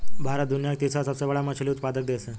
भारत दुनिया का तीसरा सबसे बड़ा मछली उत्पादक देश है